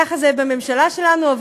ככה זה בממשלה שלנו,